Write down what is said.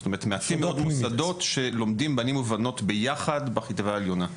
זאת אומרת מאפיינות מוסדות שלומדים בנים ובנות ביחד בחטיבה העליונה.